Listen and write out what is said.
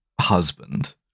husband